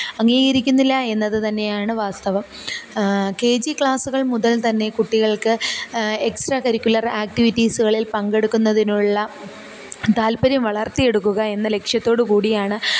അംഗീകരിക്കുന്നില്ല എന്നത് തന്നെയാണ് വാസ്തവം കെ ജി ക്ലാസ്സുകൾ മുതൽ തന്നെ കുട്ടികൾക്ക് എക്സ്ട്രാ കരിക്കുലർ ആക്റ്റിവിറ്റീസുകളിൽ പങ്കെടുക്കുന്നതിനുള്ള താൽപ്പര്യം വളർത്തി എടുക്കുക എന്ന ലക്ഷ്യത്തോടു കൂടിയാണ്